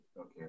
Okay